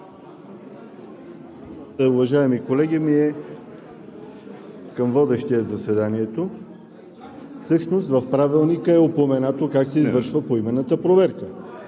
уважаеми колеги, е към водещия заседанието. Всъщност в Правилника е упоменато как се извършва поименната проверка.